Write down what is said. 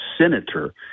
senator